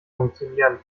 funktionieren